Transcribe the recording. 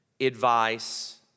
advice